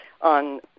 on